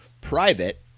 private